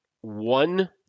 one